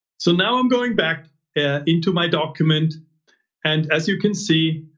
so now, i'm going back into my document and as you can see,